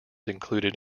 included